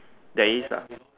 there is lah